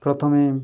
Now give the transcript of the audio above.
ପ୍ରଥମେ